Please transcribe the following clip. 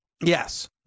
Yes